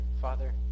Father